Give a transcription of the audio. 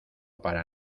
para